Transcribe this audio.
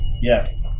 yes